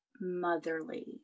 motherly